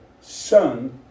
Son